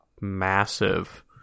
massive